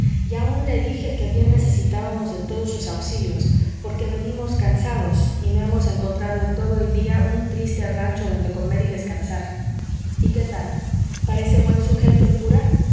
y aun le dije que bien necesitábamos de todos sus auxilios porque venimos cansados y no hemos encontrado en todo el día un triste rancho donde comer y descansar y qué tal parece buen sujeto el cura